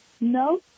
No